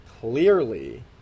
clearly